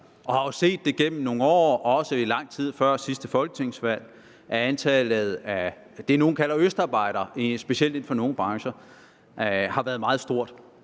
at vi ser og igennem nogle år har set, også lang tid før sidste folketingsvalg, at antallet af det, nogle kalder østarbejdere, specielt inden for nogle brancher har været meget stort.